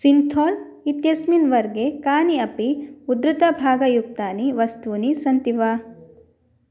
सिन्थोल् इत्यस्मिन् वर्गे कानि अपि उद्धृतभागयुक्तानि वस्तूनि सन्ति वा